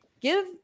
Give